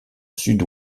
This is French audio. sud